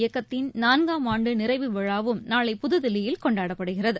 இயக்கத்தின் நான்காம் ஆண்டு நிறைவு விழாவும் நாளை புதுதில்லியில் கொண்டாடப்படுகிறது